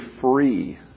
free